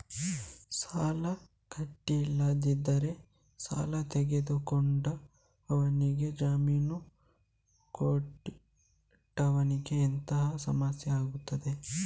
ಸಾಲ ಕಟ್ಟಿಲ್ಲದಿದ್ದರೆ ಸಾಲ ತೆಗೆದುಕೊಂಡವನಿಂದ ಜಾಮೀನು ಕೊಟ್ಟವನಿಗೆ ಎಂತ ಸಮಸ್ಯೆ ಆಗ್ತದೆ?